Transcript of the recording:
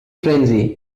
frenzy